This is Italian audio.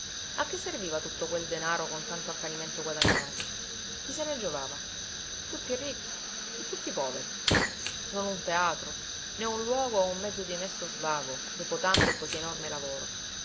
a che serviva tutto quel denaro con tanto accanimento guadagnato chi se ne giovava tutti ricchi e tutti poveri non un teatro né un luogo o un mezzo di onesto svago dopo tanto e cosí enorme lavoro